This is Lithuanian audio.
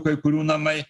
kai kurių namai